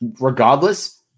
regardless